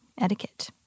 etiquette